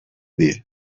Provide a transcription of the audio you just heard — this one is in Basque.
die